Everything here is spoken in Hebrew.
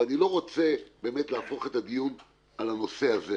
אבל אני לא רוצה להפוך את הדיון על הנושא הזה.